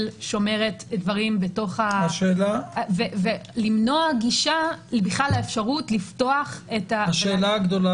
שומרת דברים ולמנוע גישה בכלל לאפשרות לפתוח --- השאלה הגדולה